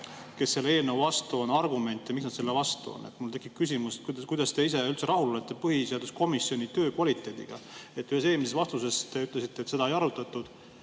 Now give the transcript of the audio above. kes selle eelnõu vastu on, et miks nad selle vastu on. Mul tekib küsimus: kuidas te ise üldse rahul olete põhiseaduskomisjoni töö kvaliteediga? Ühes eelmises vastuses te ütlesite, et seda [teemat] ei arutatud.